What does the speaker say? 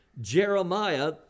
Jeremiah